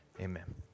Amen